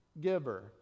giver